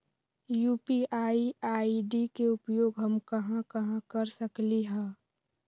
UPI ID के उपयोग हम कहां कहां कर सकली ह?